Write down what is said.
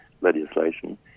legislation